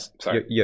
sorry